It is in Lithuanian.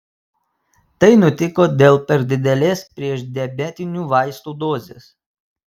tai nutiko dėl per didelės priešdiabetinių vaistų dozės